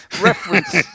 Reference